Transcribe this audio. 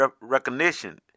recognition